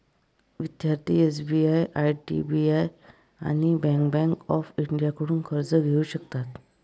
विद्यार्थी SBI IDBI bank आणि bank of इंडियाकडून कर्ज घेऊ शकतात